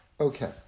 Okay